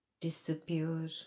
disappear